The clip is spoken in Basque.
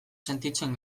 sentitzen